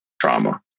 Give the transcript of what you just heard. trauma